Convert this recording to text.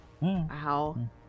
Wow